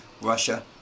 Russia